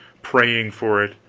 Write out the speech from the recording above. praying for it,